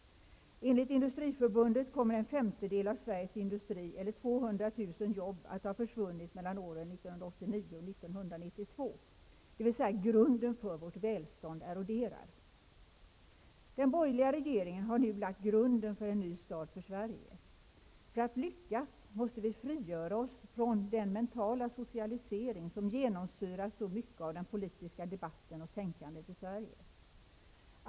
Enligt Industriförbundet kommer en femtedel av Sveriges industri, eller 200 000 jobb, att ha försvunnit mellan åren 1989 och 1992. Det betyder att grunden för vårt välstånd eroderar. Den borgerliga regeringen har nu lagt grunden för en ny start för Sverige. För att lyckas måste vi frigöra oss från den mentala socialisering som genomsyrar så mycket av den politiska debatten och tänkandet i Sverige.